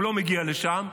הוא לא מגיע לשם.